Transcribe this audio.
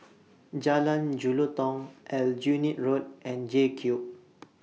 Jalan Jelutong Aljunied Road and JCube